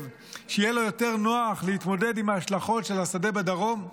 שיהיה לו יותר נוח להתמודד עם ההשלכות של השדה בדרום?